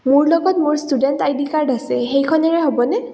মোৰ লগত মোৰ ষ্টুডেণ্ট আই ডি কাৰ্ড আছে সেইখনেৰে হ'বনে